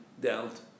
dealt